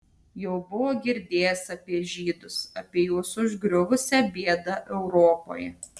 jau buvo girdėjęs apie žydus apie juos užgriuvusią bėdą europoje